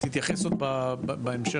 תתייחס עוד בהמשך,